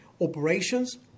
operations